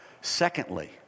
Secondly